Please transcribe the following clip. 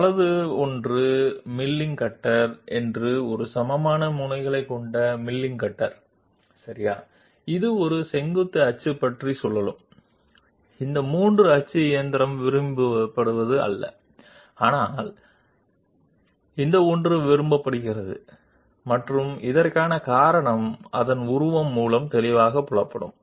సరైనది కూడా ఒక మిల్లింగ్ కట్టర్ అది ఫ్లాట్ ఎండెడ్ మిల్లింగ్ కట్టర్ ఇది వర్టికల్ యాక్సిస్ చుట్టూ తిరుగుతోంది ఇది 3 యాక్సిస్ మ్యాచింగ్కు ప్రాధాన్యత ఇవ్వదు కానీ దీనికి ప్రాధాన్యత ఇవ్వబడింది మరియు కారణం ఫిగర్ ద్వారా చాలా స్పష్టంగా చేయబడింది